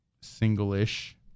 single-ish